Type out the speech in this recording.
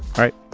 right,